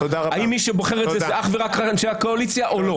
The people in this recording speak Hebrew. האם מי שבוחר את השופטים זה אך ורק אנשי הקואליציה או לא.